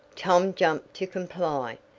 tom jumped to comply.